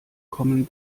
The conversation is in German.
kommen